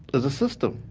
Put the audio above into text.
is a system.